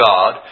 God